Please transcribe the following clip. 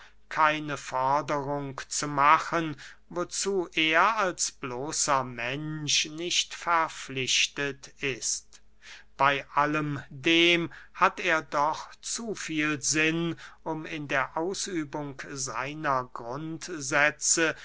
keine forderungen zu machen wozu er als bloßer mensch nicht verpflichtet ist bey allem dem hat er doch zu viel sinn um in der ausübung seiner grundsätze